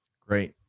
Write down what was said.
Great